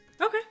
Okay